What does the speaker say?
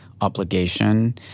obligation